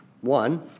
One